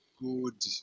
good